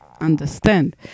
understand